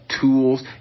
Tools